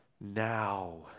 Now